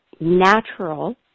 natural